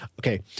Okay